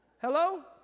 Hello